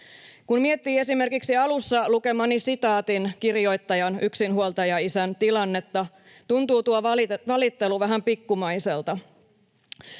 Kun miettii esimerkiksi alussa lukemani sitaatin kirjoittajan — yksinhuoltajaisän — tilannetta, tuntuu tuo valittelu vähän pikkumaiselta.